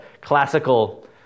classical